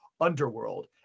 underworld